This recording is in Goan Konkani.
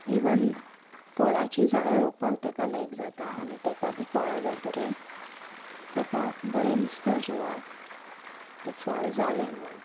इवन फळाची झाडां रोवपाक ताका लायक जाता आनी ताका ती फळां जातरे ताका बरें दिसता जिवाक ते फळ जालें म्हूण